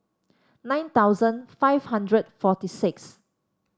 nine thousand five hundred forty six